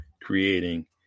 creating